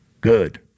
Good